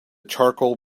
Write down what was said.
charcoal